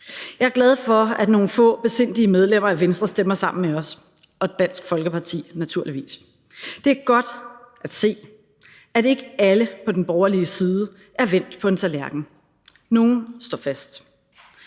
Jeg er glad for, at nogle få besindige medlemmer af Venstre stemmer sammen med os – og Dansk Folkeparti naturligvis. Det er godt at se, at ikke alle på den borgerlige side er vendt på en tallerken – at nogle står fast.